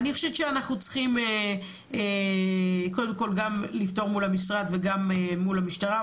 אני חושבת שאנחנו צריכים קודם כל גם לפתור מול המשרד וגם מול המשטרה,